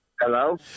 Hello